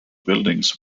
buildings